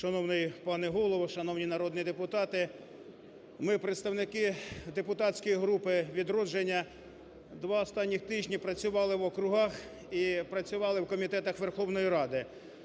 Шановний пане Голово! Шановні народні депутати! Ми, представники депутатської групи "Відродження", два останніх тижні працювали в округах і працювали в комітетах Верховної Ради,